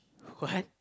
what